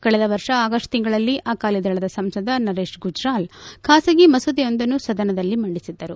ಕಳೆದ ವರ್ಷ ಆಗಸ್ಟ್ ತಿಂಗಳಲ್ಲಿ ಅಕಾಲಿದಳದ ಸಂಸದ ನರೇಶ್ ಗುಜರಾಲ್ ಖಾಸಗಿ ಮಸೂದೆಯೊಂದನ್ನು ಸದನದಲ್ಲಿ ಮಂಡಿಸಿದ್ದರು